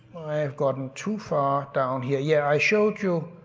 i have gotten too far down here, yeah, i showed you.